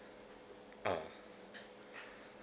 ah